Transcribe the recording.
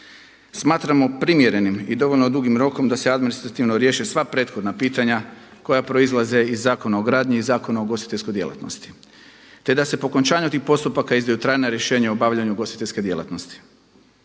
Smatramo primjerenim i dovoljno dugim rokom da se administrativno riješe sva prethodna pitanja koja proizlaze iz Zakona o gradnji i Zakona o ugostiteljskoj djelatnosti, te da se po okončanju tih postupaka izdaju trajna rješenja o obavljanju ugostiteljske djelatnosti.